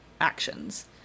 actions